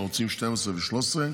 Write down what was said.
ערוצים 12 ו-13,